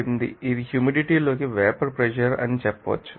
8 ఇది హ్యూమిడిటీ లోకి vapour pressure అని మీరు చెప్పవచ్చు